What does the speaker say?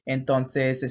Entonces